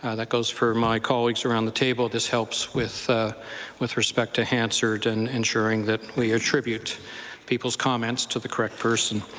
ah that goes for my colleagues around the table. this helps with with respect to hansard and ensuring that we attribute people's comments to the correct person.